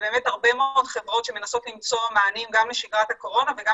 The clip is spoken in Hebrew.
ובאמת הרבה מאוד חברות שמנסות למצוא מענים גם לשגרת הקורונה וגם